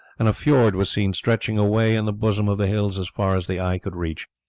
and a fiord was seen stretching away in the bosom of the hills as far as the eye could reach.